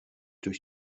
durch